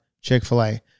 Chick-fil-A